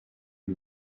you